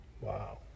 Wow